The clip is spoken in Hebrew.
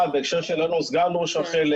סגן ראש רח"ל,